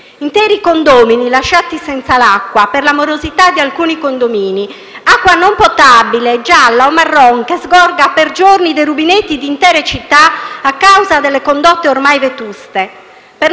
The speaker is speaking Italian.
Interi condomini lasciati senza acqua per la morosità di alcuni condomini, acqua non potabile, gialla o *marron*, che sgorga per giorni dai rubinetti di intere città a causa delle condotte ormai vetuste,